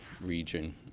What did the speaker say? region